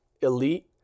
elite